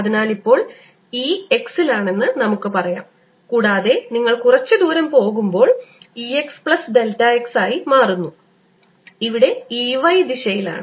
അതിനാൽ ഇപ്പോൾ E x ൽ ആണെന്ന് നമുക്ക് പറയാം കൂടാതെ നിങ്ങൾ കുറച്ച് ദൂരം പോകുമ്പോൾ E x plus delta x ആയി മാറുന്നു ഇവിടെ E y ദിശയിലാണ്